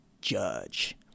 judge